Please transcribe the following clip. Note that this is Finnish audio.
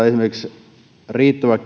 esimerkiksi riittävä